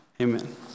amen